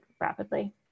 rapidly